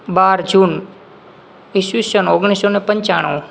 બાર જૂન ઈસવીસન ઓગણીસ સો અને પંચાણું